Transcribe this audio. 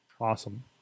awesome